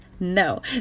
No